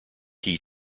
heat